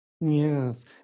Yes